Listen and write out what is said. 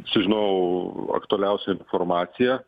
sužinau aktualiausią informaciją